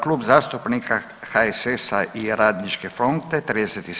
Klub zastupnika HSS-a i Radničke fronte, 37.